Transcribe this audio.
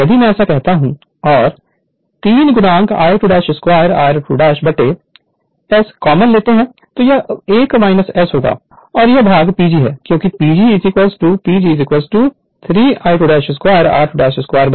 यदि मैं ऐसा करता हूं और 3 I2 2r2 कॉमन लेते हैं तो यह 1 S होगा और यह भाग PG है क्योंकि PG PG 3 I2 2r2 S है